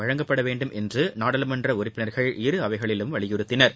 வழங்கப்பட வேண்டும் என்று நாடாளுமன்ற உறுப்பினர்கள் இரு அவைகளிலும் வலியுறுத்தினர்